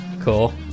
Cool